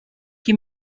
qui